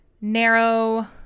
narrow –